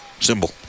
Symbol